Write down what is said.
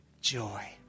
joy